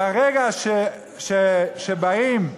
ברגע שבאים,